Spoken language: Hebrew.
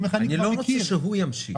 הוא אומר לך --- אני לא רוצה שהוא ימשיך.